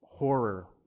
horror